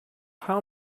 how